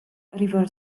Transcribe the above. river